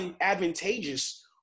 Advantageous